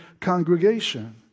congregation